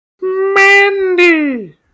Mandy